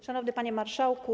Szanowny Panie Marszałku!